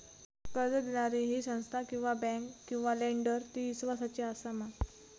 कर्ज दिणारी ही संस्था किवा बँक किवा लेंडर ती इस्वासाची आसा मा?